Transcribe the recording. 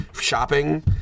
shopping